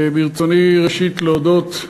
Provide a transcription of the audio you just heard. ברצוני ראשית להודות,